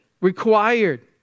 required